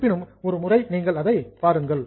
இருப்பினும் ஒரு முறை நீங்கள் இதை பாருங்கள்